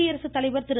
குடியரசுத்தலைவர் திரு